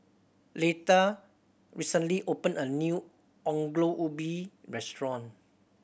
Leitha recently opened a new Ongol Ubi restaurant